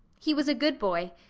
he was a good boy,